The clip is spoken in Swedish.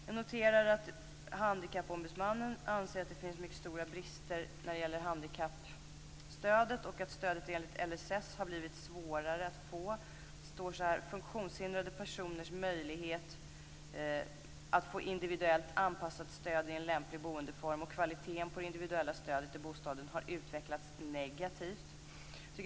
Jag noterar att Handikappombudsmannen anser att det finns mycket stora brister när det gäller handikappstödet och att stödet enligt LSS har blivit svårare att få. Det står att funktionshindrade personers möjlighet att få individuellt anpassat stöd i en lämplig boendeform och kvaliteten på det individuella stödet till bostaden har utvecklats negativt.